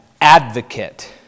advocate